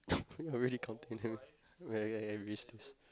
you are already counting him ya ya ya